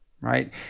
right